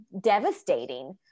devastating